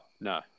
No